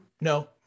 No